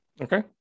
Okay